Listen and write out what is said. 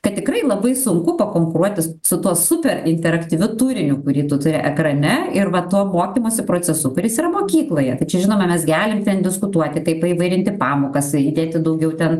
kad tikrai labai sunku pakonkuruoti su su tuo super interaktyviu turiniu kurį tu turi ekrane ir va tuo mokymosi procesu kuris yra mokykloje tačiau žinoma mes galim diskutuoti kaip paįvairinti pamokas įdėti daugiau ten